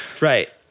Right